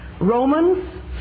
Romans